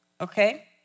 Okay